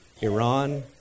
Iran